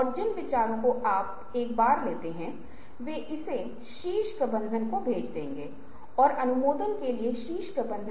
अब हमें अचानक जल्दी से इसे सीखने वाले छात्रों से जोड़ दें